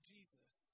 Jesus